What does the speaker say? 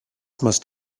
must